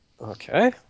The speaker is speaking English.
Okay